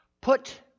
Put